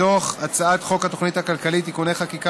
מתוך הצעת חוק התוכנית הכלכלית (תיקוני חקיקה